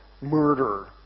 murder